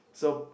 so